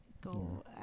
Go